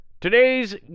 Today's